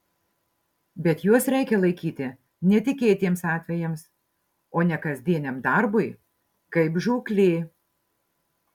bet juos reikia laikyti netikėtiems atvejams o ne kasdieniam darbui kaip žūklė